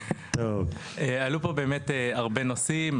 עלו פה באמת הרבה נושאים,